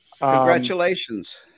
congratulations